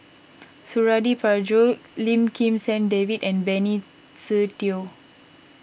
Suradi Parjo Lim Kim San David and Benny Se Teo